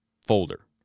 folder